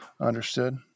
Understood